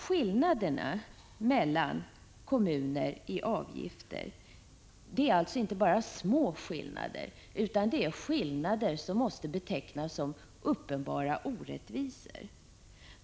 Skillnaderna i kommunernas avgifter för hemtjänst och färdtjänst är inte små, utan de måste betecknas som uppenbara orättvisor.